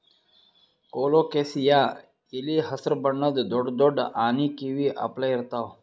colocasia ಎಲಿ ಹಸ್ರ್ ಬಣ್ಣದ್ ದೊಡ್ಡ್ ದೊಡ್ಡ್ ಆನಿ ಕಿವಿ ಅಪ್ಲೆ ಇರ್ತವ್